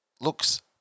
looks